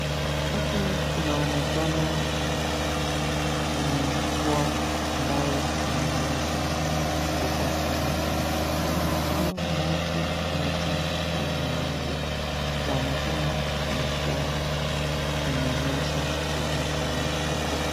Huku kunaonekana ni mvua ambayo imenyesha kubwa sana. Kunaonekana maji imejaa kila mahali kuonekana ni mvua imenyesha kubwa sana huku.